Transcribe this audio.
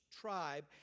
tribe